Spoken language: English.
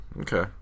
Okay